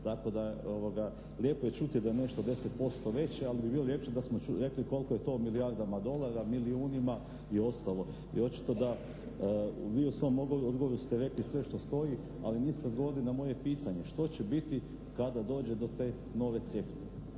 tako da lijepo je čuti da je nešto 10% veće ali bi bilo ljepše da smo rekli koliko je to u milijardama dolara, milijunima i ostalo. I očito da vi u svom odgovoru ste rekli sve što stoji ali niste odgovorili na moje pitanje što će biti kada dođe do te nove